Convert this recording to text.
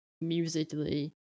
musically